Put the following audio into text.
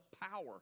power